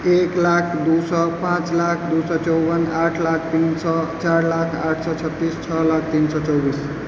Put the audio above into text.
एक लाख दू सए पाँच लाख दू सए चौबन आठ लाख तीन सए चारि लाख आठ सए छत्तीस छओ लाख तीन सए चौबीस